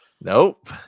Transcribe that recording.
Nope